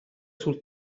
sul